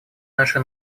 наши